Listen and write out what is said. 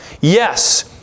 Yes